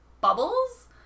bubbles